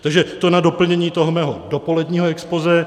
Takže to na doplnění toho mého dopoledního expozé.